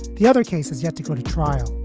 the other case has yet to go to trial.